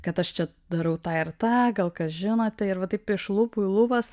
kad aš čia darau tą ir tą gal kas žinote ir va taip iš lūpų į lūpas